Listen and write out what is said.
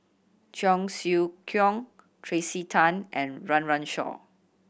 Cheong Siew Keong Tracey Tan and Run Run Shaw